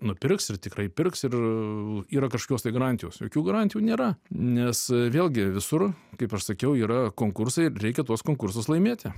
nupirks ir tikrai pirks ir yra kažkokios tai garantijos jokių garantijų nėra nes vėlgi visur kaip aš sakiau yra konkursai ir reikia tuos konkursus laimėti